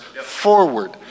forward